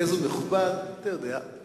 איזהו מכובד, , אתה יודע.